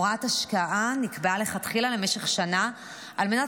הוראת השעה נקבעה מלכתחילה למשך שנה על מנת